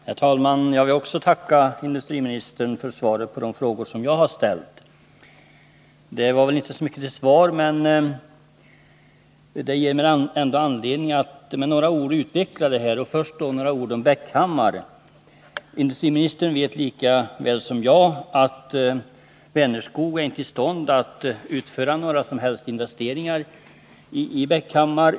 Herr talman! Jag vill tacka industriministern för svaret på de frågor som jag har ställt. Det var kanske inte så mycket till svar, men det ger mig ändå anledning att något utveckla problemen. Först några ord om Bäckhammars Bruk. Industriministern vet lika väl som jag att Vänerskog inte är i stånd att utföra några som helst investeringar i Bäckhammar.